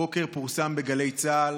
הבוקר פורסם בגלי צה"ל